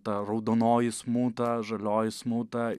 ta raudonoji smūta žalioji smūta